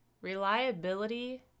Reliability